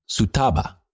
Sutaba